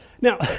Now